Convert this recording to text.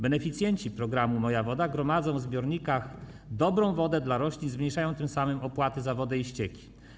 Beneficjenci programu „Moja woda”, gromadząc w zbiornikach dobrą wodę dla roślin, zmniejszają tym samym opłaty za wodę i ścieki.